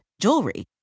jewelry